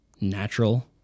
natural